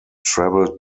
travelled